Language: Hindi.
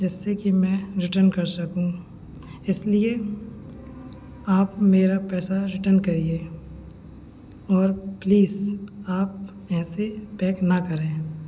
जिससे कि मैं रिटर्न कर सकूँ इसलिए आप मेरा पैसा रिटन करिए और प्लीज आप ऐसे पैक ना करें